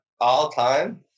All-time